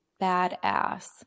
badass